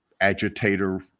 agitator